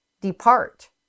depart